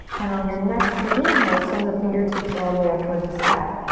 and on your next big inhale, send the fingertips all the way up towards the sky.